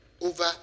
over